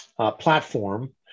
platform